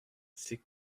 c’est